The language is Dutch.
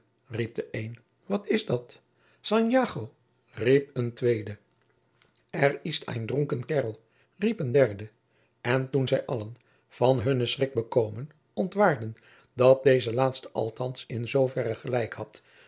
de een wat is dat san yago riep een tweede er ist ein drunken kerl riep een derde en toen zij allen van hunnen schrik bekomen ontwaarden dat deze laatste althands in zoo verre gelijk had